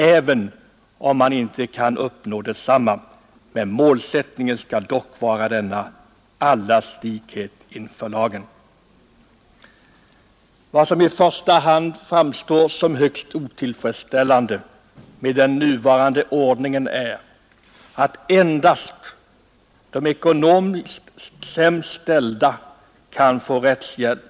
Även om man inte helt kan förverkliga den, skall målsättningen vara denna: allas likhet inför lagen. Vad som i första hand framstår som högst otillfredsställande med den nuvarande ordningen är att endast de ekonomiskt sämst ställda kan få rättshjälp.